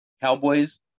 Cowboys